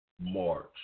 March